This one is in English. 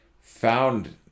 found